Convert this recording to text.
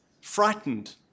frightened